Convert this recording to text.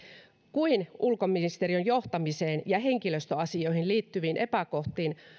kuin ulkoministeriön johtamiseen ja henkilöstöasioihin liittyvistä epäkohdista